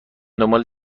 دنبال